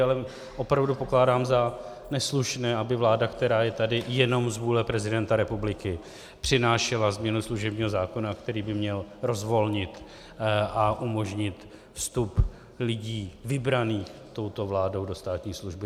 Ale opravdu pokládám za neslušné, aby vláda, která je tady jenom z vůle prezidenta republiky, přinášela změnu služebního zákona, který by měl rozvolnit a umožnit vstup lidí vybraných touto vládou do státní služby.